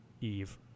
Eve